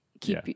keep